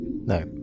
No